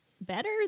better